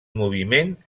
moviment